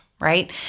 right